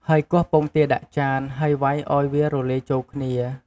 ហើយគោះពងទាដាក់ចាន ហើយវ៉ៃឱ្យវារលាយចូលគ្នា។